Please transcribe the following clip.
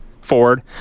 Ford